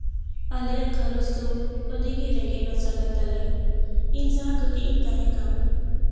ᱟᱞᱮᱭᱟᱜ ᱜᱷᱟᱨᱚᱸᱡᱽ ᱫᱚ ᱟᱹᱰᱤᱜᱮ ᱨᱮᱸᱜᱮᱡ ᱱᱟᱪᱟᱨ ᱜᱮᱛᱟᱞᱮᱭᱟ ᱤᱧ ᱡᱟᱦᱟᱸ ᱠᱟᱹᱴᱤᱡ ᱤᱧ ᱛᱟᱦᱮᱸ ᱠᱟᱱ